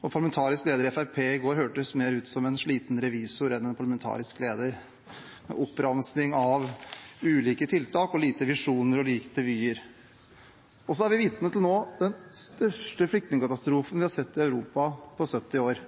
Parlamentarisk leder i Fremskrittspartiet hørtes i går mer ut som en sliten revisor enn som en parlamentarisk leder: oppramsing av ulike tiltak og lite visjoner og lite vyer. Vi er nå vitne til den største flyktningkatastrofen vi har sett i Europa på 70 år.